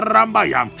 Rambaya